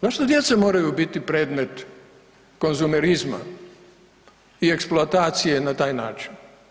Zašto djeca moraju biti predmet konzumerizma i eksploatacije na taj način?